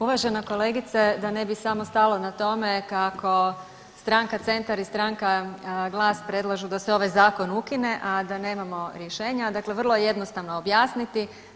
Uvažena kolegice da ne bi samo stalo na tome kako Stranka Centar i Stranka Glas predlažu da se ovaj Zakon ukine a da nemamo rješenja dakle, vrlo je jednostavno objasniti.